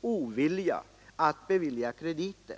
ovilja att ge krediter.